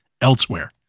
elsewhere